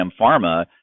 pharma